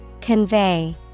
Convey